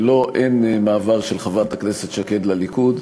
ואין מעבר של חברת הכנסת שקד לליכוד,